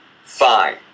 fine